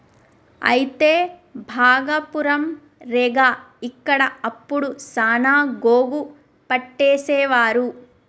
అయితే భాగపురం రేగ ఇక్కడ అప్పుడు సాన గోగు పట్టేసేవారు